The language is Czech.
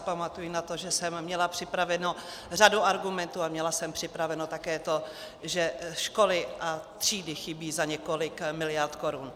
Pamatuji si na to, že jsem měla připravenou řadu argumentů a měla jsem také připraveno také to, že školy a třídy chybí za několik miliard korun.